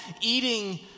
eating